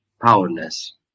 powerless